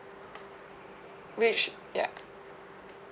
which ya